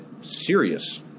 serious